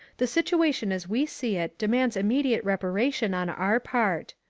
the situation as we see it demands immediate reparation on our part.